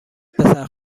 پسر